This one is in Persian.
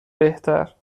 بهتر